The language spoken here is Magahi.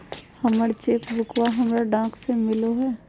हमर चेक बुकवा हमरा डाक से मिललो हे